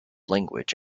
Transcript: language